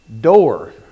door